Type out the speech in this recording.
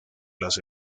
las